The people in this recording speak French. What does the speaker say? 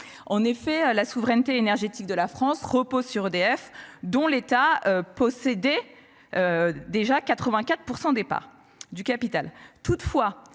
en effet la souveraineté énergétique de la France repose sur EDF dont l'État posséder. Déjà 84% des parts du capital